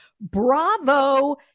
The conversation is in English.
Bravo